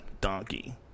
donkey